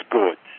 good